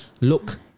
look